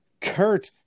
kurt